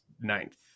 ninth